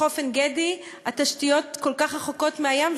בחוף עין-גדי התשתיות כל כך רחוקות מהים,